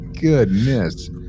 goodness